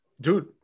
Dude